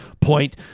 point